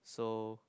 so